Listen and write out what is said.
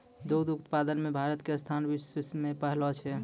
दुग्ध उत्पादन मॅ भारत के स्थान विश्व मॅ पहलो छै